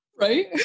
Right